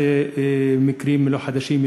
אלה מקרים לא חדשים,